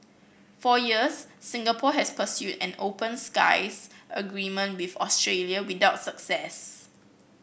for years Singapore has pursued an open skies agreement with Australia without success